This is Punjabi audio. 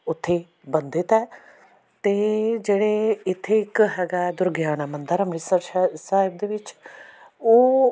ਉੱਥੇ ਬੰਦਿਤ ਹੈ ਅਤੇ ਜਿਹੜੇ ਇੱਥੇ ਇੱਕ ਹੈਗਾ ਦੁਰਗਿਆਨਾ ਮੰਦਿਰ ਅੰਮ੍ਰਿਤਸਰ ਸ਼ਹਿ ਸਾਹਿਬ ਦੇ ਵਿੱਚ ਉਹ